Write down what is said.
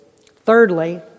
Thirdly